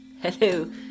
Hello